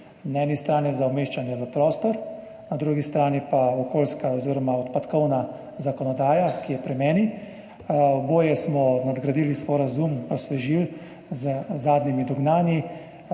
na eni strani za umeščanje v prostor, na drugi strani pa je okoljska oziroma odpadkovna zakonodaja, ki je pri meni. Oboje smo nadgradili, sporazum osvežili z zadnjimi dognanji,